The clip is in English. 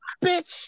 bitch